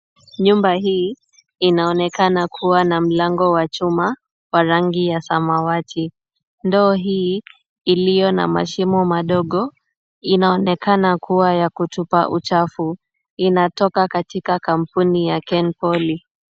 Nyumba hii inaonekana kuwa na mlango wa chuma wa rangi ya samawati. Ndoo hii iliyo na mashimo madogo, inaonekana kuwa ya kutupa uchafu. Inatoka katika kampuni ya Kenpoly.